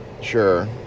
Sure